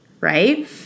right